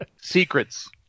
Secrets